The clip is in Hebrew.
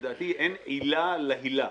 לדעתי אין עילה להילה.